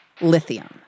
lithium